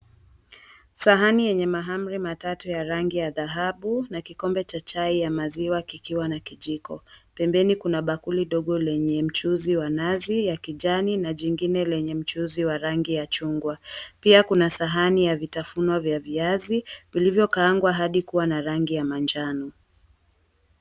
Sahani yenye mahamri matatu ya rangi ya dhahabu na kikombe cha chai ya maziwa kikiwa na kijiko. Pembeni kuna bakuli dogo lenye mchuzi wa nazi ya kijani na jingine lenye mchuzi wa rangi ya chungwa. Pia kuna sahani ya vitafuno vya viazi vilivyo kaangwa hadi kuwa na rangi ya manjano.